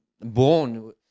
born